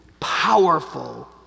powerful